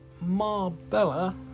Marbella